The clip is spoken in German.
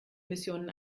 missionen